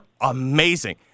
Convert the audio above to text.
amazing